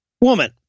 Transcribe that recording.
woman